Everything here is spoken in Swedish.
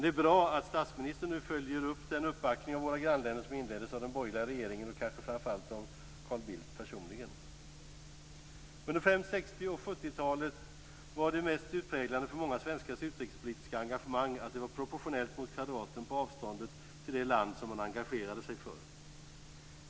Det är bra att statsministern nu följer upp den uppbackning av våra grannländer som inleddes av den borgerliga regeringen, och kanske framför allt av Carl Under främst 60 och 70-talen var det mest utmärkande för många svenskars utrikespolitiska engagemang att det var proportionellt mot kvadraten på avståndet till det land som man engagerade sig för.